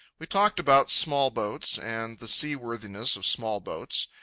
we talked about small boats, and the seaworthiness of small boats.